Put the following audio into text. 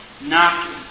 knocking